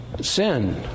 sin